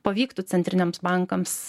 pavyktų centriniams bankams